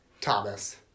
Thomas